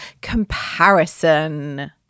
comparison